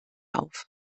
auf